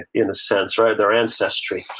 in a sense, right? their ancestry,